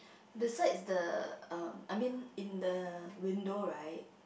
besides the um I mean in the window right